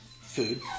Food